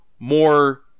More